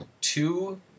Two